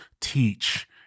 teach